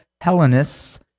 Hellenists